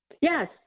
Yes